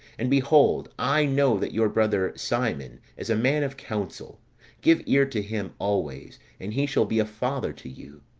and behold, i know that your brother simon is a man of counsel give ear to him always, and he shall be a father to you.